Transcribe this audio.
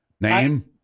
Name